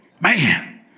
Man